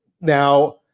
Now